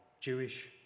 Jewish